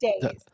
days